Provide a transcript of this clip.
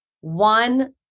one